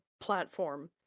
platform